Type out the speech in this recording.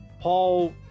Paul